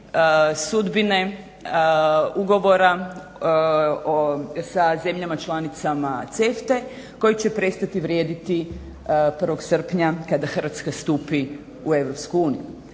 sudbine ugovora sa zemljama članice CEFTA-e koji će prestati vrijediti 1. srpnja kada Hrvatska stupi u